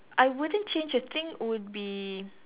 I wouldn't change a thing would be